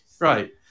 Right